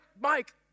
Mike